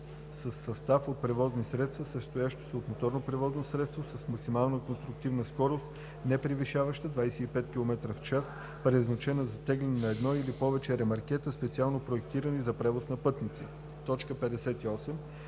със състав от превозни средства, състоящ се от моторно превозно средство с максимална конструктивна скорост, непревишаваща 25 км/ч, предназначено за теглене на едно или повече ремаркета, специално проектирани за превоз на пътници. 58.